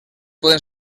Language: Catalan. poden